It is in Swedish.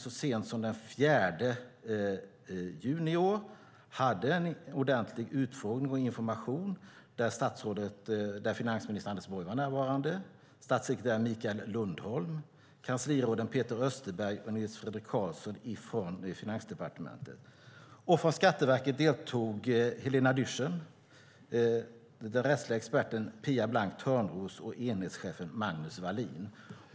Så sent som den 4 juni i år hade vi en ordentlig utfrågning och fick information. Där deltog finansminister Anders Borg, statssekreterare Mikael Lundholm, kansliråden Peter Österberg och Nils-Fredrik Carlsson från Finansdepartementet. Från Skatteverket deltog överdirektör Helena Dyrssen, den rättsliga experten Pia Blank Thörnroos och enhetschefen Magnus Wallin.